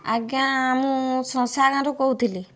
ଆଜ୍ଞା ମୁଁ ଶସାଣରୁ କହୁଥିଲି